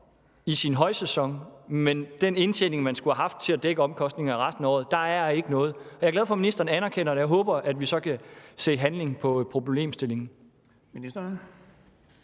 i sin højsæson, men den indtjening, man skulle have haft til at dække omkostningerne resten af året, er der ikke. Jeg er glad for, at ministeren anerkender det, og jeg håber, at vi så kan se handling i forhold til problemstillingen.